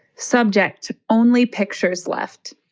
subject only pictures left